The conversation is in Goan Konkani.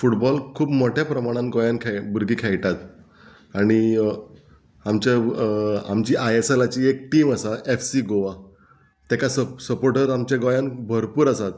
फुटबॉल खूब मोठ्या प्रमाणान गोंयान खेळ भुरगे खेळटात आनी आमच्या आमची आय एस एलाची एक टीम आसा एफ सी गोवा ताका सपोर्टर आमच्या गोंयान भरपूर आसात